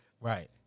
Right